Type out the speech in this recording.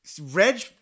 Reg